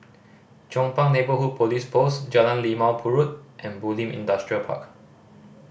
Chong Pang Neighbourhood Police Post Jalan Limau Purut and Bulim Industrial Park